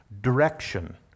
direction